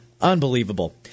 Unbelievable